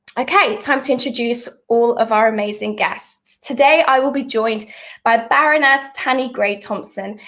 okay, time to introduce all of our amazing guests. today i will be joined by baroness tanni gray-thompson,